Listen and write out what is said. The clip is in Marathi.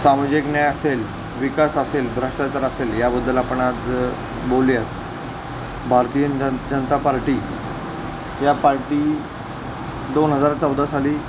सामाजिक न्याय असेल विकास असेल भ्रष्टाचार असेल याबद्दल आपण आज बोलूया भारतीय जन जनता पार्टी या पार्टी दोन हजार चौदा साली